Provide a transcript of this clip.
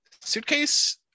suitcase